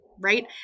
right